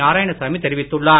நாராயணசாமி தெரிவித்துள்ளார்